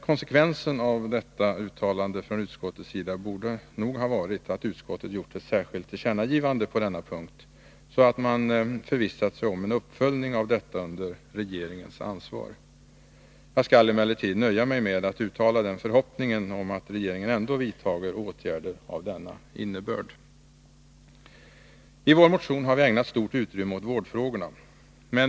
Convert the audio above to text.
Konsekvensen av detta uttalande borde ha varit att utskottet gjort ett tillkännagivande på denna punkt, så att man förvissat sig om en uppföljning av detta under regeringens ansvar. Jag skall emellertid nöja mig med att uttala förhoppningen att regeringen ändå vidtar åtgärder av denna innebörd. I vår motion har vi ägnat stort utrymme åt vårdfrågorna.